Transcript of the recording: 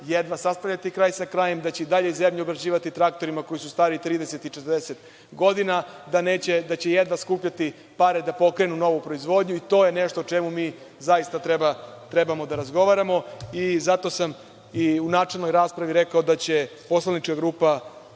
jedva sastavljati kraj sa krajem, da će i dalje zemlju obrađivati traktorima koji su stari 30 i 40 godina, da će jedva skupljati pare da pokrenu novu proizvodnju i to je nešto o čemu mi zaista treba da razgovaramo. Zato sam i u načelnoj raspravi rekao da će poslanička grupa